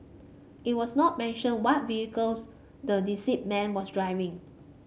it was not mentioned what vehicles the deceased man was driving